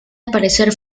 aparecer